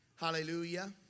Hallelujah